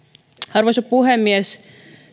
arvoisa puhemies